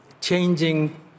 changing